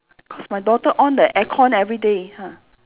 cause my daughter on the aircon everyday ha